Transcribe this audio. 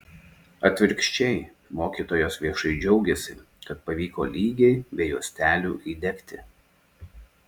atvirkščiai mokytojos viešai džiaugiasi kad pavyko lygiai be juostelių įdegti